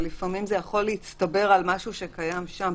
ולפעמים זה יכול להצטבר על משהו שקיים שם.